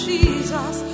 Jesus